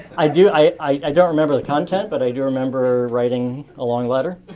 i do i don't remember the content, but i do remember writing a long letter.